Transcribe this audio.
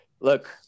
look